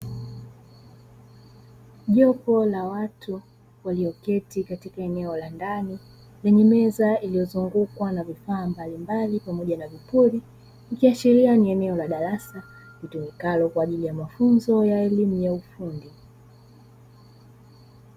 Jopo la watu waliyoketi katika eneo la ndani lenye meza iliyozungukwa na vifaa mbalimbali pamoja na vipuli ikiashiria ni eneo la darasa litumikalo kwa ajili ya mafunzo ya elimu ya ufundi.